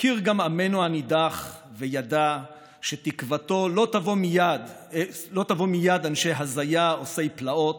"הכיר גם עמנו הנידח וידע שתקוותו לא תבוא מיד אנשי הזיה עושי פלאות,